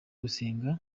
gusenga